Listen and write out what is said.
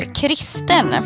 kristen